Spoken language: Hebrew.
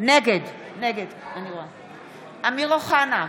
נגד אמיר אוחנה,